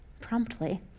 promptly